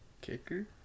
Kicker